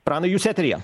pranai jūs eteryje